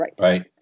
Right